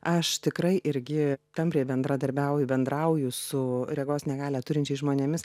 aš tikrai irgi tampriai bendradarbiauju bendrauju su regos negalią turinčiais žmonėmis